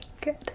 good